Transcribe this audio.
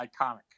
iconic